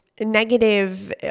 negative